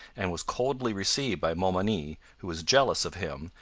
and was coldly received by montmagny, who was jealous of him,